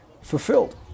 fulfilled